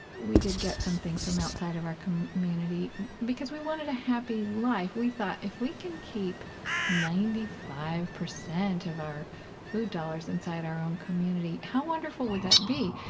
did get some things from outside of our community because we wanted a happy life. we thought, if we can keep ninety five percent of our food dollars inside our own community, how wonderful would that be?